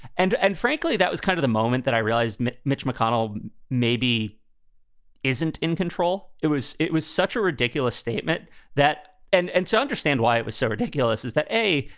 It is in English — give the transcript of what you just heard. and and frankly, that was kind of the moment that i realized mitch mitch mcconnell maybe isn't in control. it was it was such a ridiculous statement that. and and to understand why it was so ridiculous is that, a,